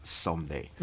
someday